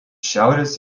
šiaurės